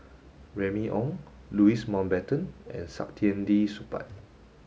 Remy Ong Louis Mountbatten and Saktiandi Supaat